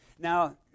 Now